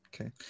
okay